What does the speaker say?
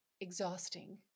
exhausting